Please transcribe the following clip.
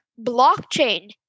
blockchain